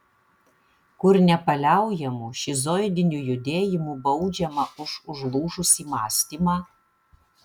kur nepaliaujamu šizoidiniu judėjimu baudžiama už užlūžusį mąstymą